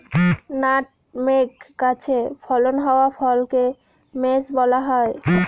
nutmeg গাছে ফলন হওয়া ফলকে মেস বলা হয়